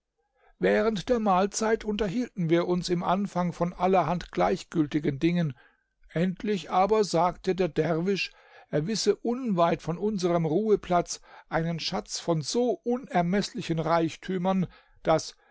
während der mahlzeit unterhielten wir uns im anfang von allerhand gleichgültigen dingen endlich aber sagte der derwisch er wisse unweit von unserem ruheplatz einen schatz von so unermeßlichen reichtümern daß